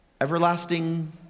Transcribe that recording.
everlasting